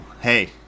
Hey